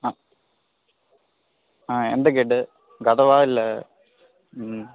ஆ எந்த கேட்டு கதவா இல்லை